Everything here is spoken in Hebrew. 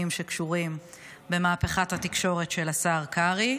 שקשורים במהפכת התקשורת של השר קרעי.